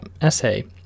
essay